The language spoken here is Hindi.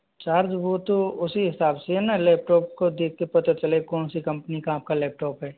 चार्ज वो तो उसी हिसाब से है ना लैपटॉप को देख के पता चले कौन सी कंपनी का आपका लैपटॉप है